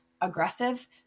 aggressive